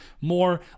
more